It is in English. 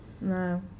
No